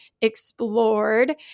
explored